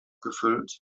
gefüllt